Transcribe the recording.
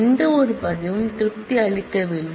எந்தவொரு ரெக்கார்ட் ம் சேடிஸ்பை அளிக்கவில்லை